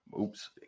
oops